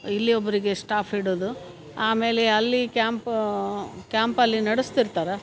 ಇಲ್ಲಿ ಒಬ್ಬರಿಗೆ ಸ್ಟಾಫ್ ಇಡೋದು ಆಮೇಲೆ ಅಲ್ಲಿ ಕ್ಯಾಂಪ್ ಕ್ಯಾಂಪಲ್ಲಿ ನಡಸ್ತಿರ್ತಾರೆ